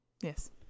Yes